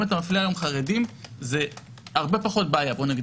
אם אתה מפלה היום חרדים, זה הרבה פחות בעייתי.